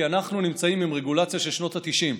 כי אנחנו נמצאים עם רגולציה של שנות התשעים.